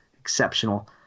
exceptional